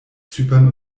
zypern